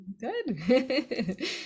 Good